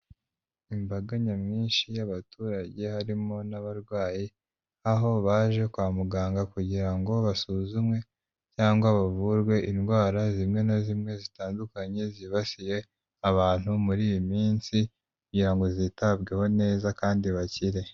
Imbaga nyamwinshi y'abaturage harimo n'abarwayi, aho baje kwa muganga kugira ngo basuzumwe cyangwa bavurwe indwara zimwe na zimwe zitandukanye zibasiye abantu muri iyi minsi kugira ngo zitabweho neza kandi bakire.